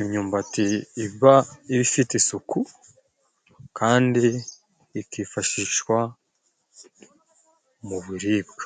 imyumbati iba ifite isuku kandi ikifashishwa mu biribwa.